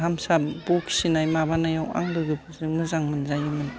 लाम साम बखिनाय माबानायाव आं लोगोफोरजों मोजां मोनजायोमोन